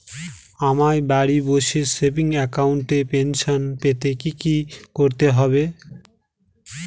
আমায় বাড়ি বসে সেভিংস অ্যাকাউন্টে পেনশন পেতে কি কি করতে হবে?